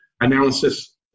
Analysis